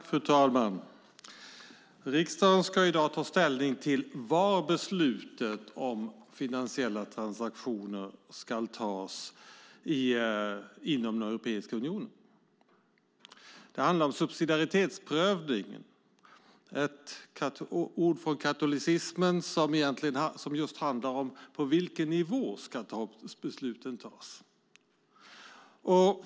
Fru talman! Riksdagen ska i dag ta ställning till var inom Europeiska unionen beslutet om en skatt på finansiella transaktioner ska tas. Det handlar om en subsidiaritetsprövning. Subsidiaritet är ett ord från katolicismen som handlar just om på vilken nivå beslut ska tas.